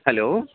hello